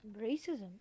Racism